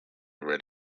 read